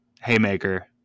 Haymaker